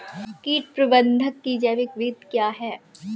कीट प्रबंधक की जैविक विधि क्या है?